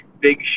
big